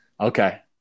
Okay